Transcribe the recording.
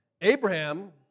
Abraham